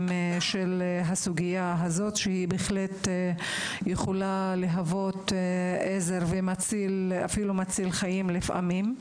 של הסוגיה הזאת שבהחלט יכולה להוות עזר ואפילו להציל חיים לפעמים.